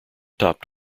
topped